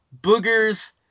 boogers